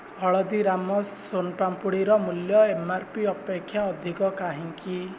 ହଳଦୀରାମ୍ସ ସୋନ ପାମ୍ପୁଡ଼ିର ମୂଲ୍ୟ ଏମ୍ଆର୍ପି ଅପେକ୍ଷା ଅଧିକ କାହିଁକି